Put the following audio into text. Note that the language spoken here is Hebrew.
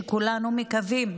שכולנו מקווים